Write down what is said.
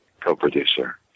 co-producer